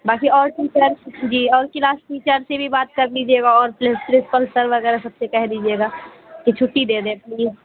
باقی اور جی اور کلاس ٹیچر سے بھی بات کر لیجیے گا اور پرنسپل سر وغیرہ سب سے کہہ دیجیے گا کہ چھٹی دے دیں پلیز